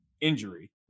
injury